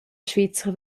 svizra